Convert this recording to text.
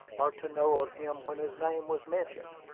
or to know of him when his name was mentioned.